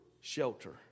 shelter